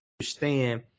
understand